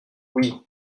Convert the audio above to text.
oui